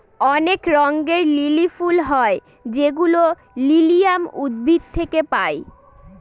অনেক রঙের লিলি ফুল হয় যেগুলো লিলিয়াম উদ্ভিদ থেকে পায়